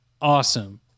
awesome